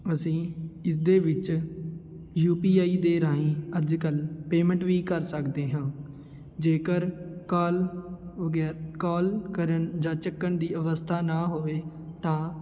ਅਸੀਂ ਇਸਦੇ ਵਿੱਚ ਯੂ ਪੀ ਆਈ ਦੇ ਰਾਹੀਂ ਅੱਜ ਕੱਲ੍ਹ ਪੇਮੈਂਟ ਵੀ ਕਰ ਸਕਦੇ ਹਾਂ ਜੇਕਰ ਕਾਲ ਵਗੈ ਕਾਲ ਕਰਨ ਜਾਂ ਚੱਕਣ ਦੀ ਅਵਸਥਾ ਨਾ ਹੋਵੇ ਤਾਂ